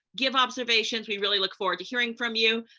give observations, we really look forward to hearing from you.